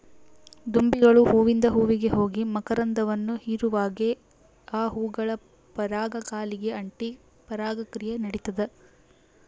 ದುಂಬಿಗಳು ಹೂವಿಂದ ಹೂವಿಗೆ ಹೋಗಿ ಮಕರಂದವನ್ನು ಹೀರುವಾಗೆ ಆ ಹೂಗಳ ಪರಾಗ ಕಾಲಿಗೆ ಅಂಟಿ ಪರಾಗ ಕ್ರಿಯೆ ನಡಿತದ